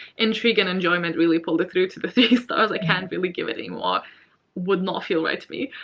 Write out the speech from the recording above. intrigue and enjoyment really pulled it through to the three stars. i can't really give it any more, it would not feel right to me.